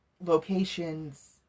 locations